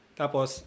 tapos